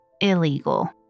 illegal